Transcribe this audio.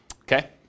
Okay